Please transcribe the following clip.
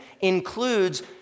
includes